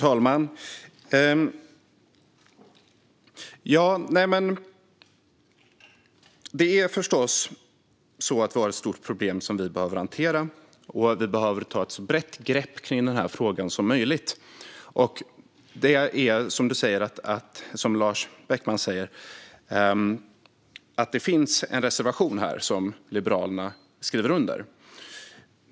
Herr talman! Det är förstås så att vi har ett stort problem som vi behöver hantera. Vi behöver ta ett så brett grepp som möjligt om den här frågan. Det är som Lars Beckman säger. Det finns en reservation här som Liberalerna skriver under.